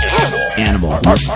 Animal